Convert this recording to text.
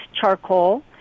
charcoal